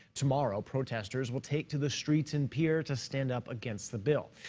tomorrow, protestors will take to the streets in pierre to stand up against the bill.